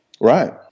Right